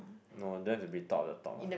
no don't have to be top of the top ah